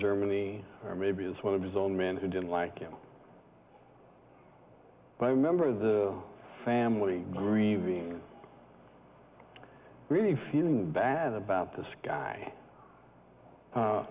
germany or maybe this one of his old man who didn't like him but i remember the family green really feeling bad about this guy